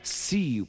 see